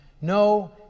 No